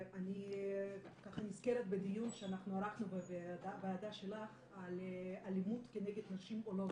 אני נזכרת בדיון שאנחנו ערכנו בוועדה שלך על אלימות נגד נשים עולות,